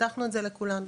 פתחנו את זה לכולן,